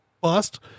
bust